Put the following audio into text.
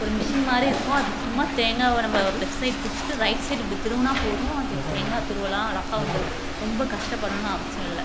ஒரு மிஷின் மாதிரி இருக்கும் அது சும்மா தேங்காயை நம்ப லெஃப்ட் சைட் பிடிச்சிட்டு ரைட் சைட் இப்படி திருகினா போதும் அது தேங்காய் துருவலாக அழகாக வந்துடும் ரொம்ப கஷ்டப்படணும்ன்னு அவசியம் இல்லை